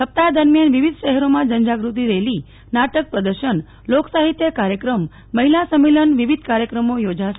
સપ્તાહ દરમિયાન વિવિધ શહેરોમાં જનજાગૃતિ રેલી નાટક પ્રદર્શન લોક સાહિત્ય કાર્યક્રમ મહિલા સંમેલન વિવિધ કાર્યક્રમો યોજાશે